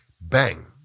bang